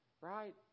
right